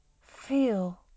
feel